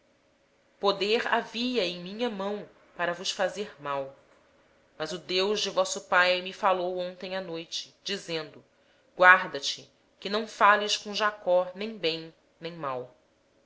poder da minha mão fazer-vos o mal mas o deus de vosso pai falou-me ontem à noite dizendo guarda te que não fales a jacó nem bem nem mal